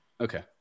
okay